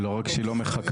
לא רק שהיא לא מחכה,